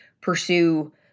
pursue